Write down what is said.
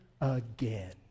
Again